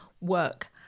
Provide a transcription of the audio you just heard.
work